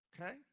Okay